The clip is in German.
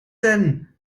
denn